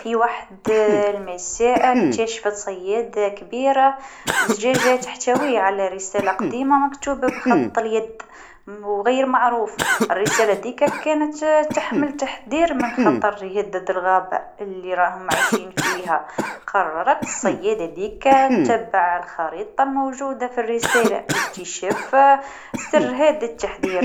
فما ليله اكتشفت صيادة كبيرة دبوزه تحتوي على رساله قديمه مكتوبه بخط اليد و غير معروف ، الرسالة هذيكا كانت تحمل تحذير من خطر يهدد الغابه اللي عايشين فيها ، قررت الصيادة هذيكا تبع الخريطه الموجودة في الرساله باش تكتشف سر التحذيرات هذي.